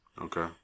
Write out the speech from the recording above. Okay